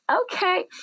okay